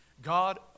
God